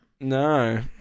No